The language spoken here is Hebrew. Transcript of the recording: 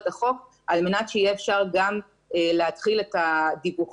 החוק על מנת שיהיה אפשר גם להתחיל את הדיווחים,